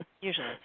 Usually